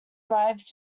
arrives